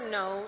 no